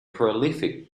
prolific